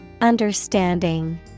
Understanding